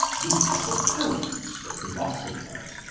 these are the poets, the philosophers,